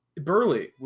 Burley